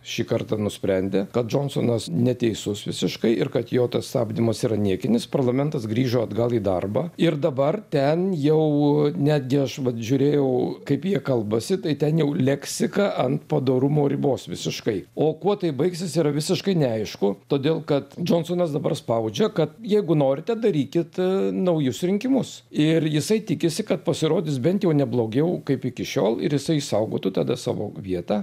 šį kartą nusprendė kad džonsonas neteisus visiškai ir kad jo tas stabdymas yra niekinis parlamentas grįžo atgal į darbą ir dabar ten jau netgi aš vat žiūrėjau kaip jie kalbasi tai ten jau leksika ant padorumo ribos visiškai o kuo tai baigsis yra visiškai neaišku todėl kad džonsonas dabar spaudžia kad jeigu norite darykit naujus rinkimus ir jisai tikisi kad pasirodys bent jau ne blogiau kaip iki šiol ir jisai išsaugotų tada savo vietą